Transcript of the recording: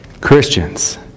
Christians